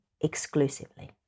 exclusively